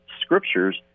scriptures